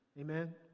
Amen